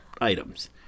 items